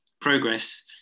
progress